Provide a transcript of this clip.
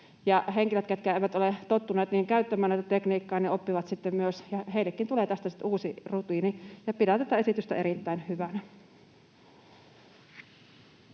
henkilöt, ketkä eivät ole niin tottuneet käyttämään tätä tekniikkaa, oppivat, ja heillekin tulee tästä uusi rutiini. Pidän tätä esitystä erittäin hyvänä.